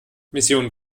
mission